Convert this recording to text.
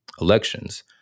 elections